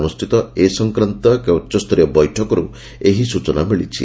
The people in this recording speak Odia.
ଅନୁଷିତ ଏ ସଂକ୍ରାନ୍ତୀୟ ଏକ ଉଚ୍ଚସରୀୟ ବୈଠକରୁ ଏହି ସୂଚନା ମିଳିଛି